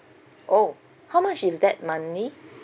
oh how much is that monthly